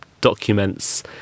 documents